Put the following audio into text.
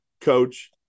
coach